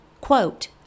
quote